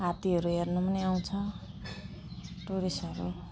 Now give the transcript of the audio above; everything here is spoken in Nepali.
हात्तीहरू हेर्नु पनि आउँछ टुरिस्टहरू